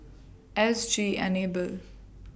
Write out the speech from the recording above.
S G Enable